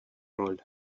роль